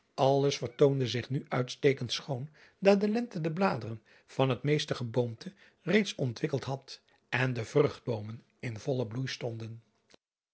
lles vertoonde zich nu uitstekend schoon daar de lente de bladeren van het meeste geboomte reeds ontwikkeld had en de vruchtboomen in vollen bloei stonden